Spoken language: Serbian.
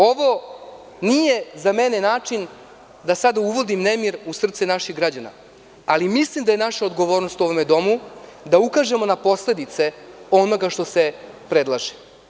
Ovo nije za mene način da sada uvodim nemir u srce naših građana, ali mislim da je naša odgovornost u ovome domu, da ukažemo na posledice onoga što se predlaže.